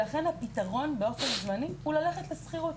לכן הפתרון באופן זמני הוא ללכת לשכירות.